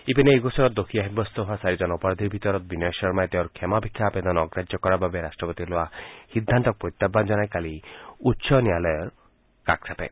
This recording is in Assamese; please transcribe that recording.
ইপিনে এই গোচৰত দোষী সাব্যস্ত হোৱা চাৰিজন অপৰাধীৰ ভিতৰত বিনয় শৰ্মাই তেওঁৰ ক্ষমা ভিক্ষাৰ আবেদন অগ্ৰাহ্য কৰাৰ বাবে ৰাষ্ট্ৰপতিয়ে লোৱা সিদ্ধান্তক প্ৰত্যাহান জনাই কালি দিল্লী উচ্চ ন্যায়ালয়ৰ কাষ চাপে